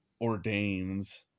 ordains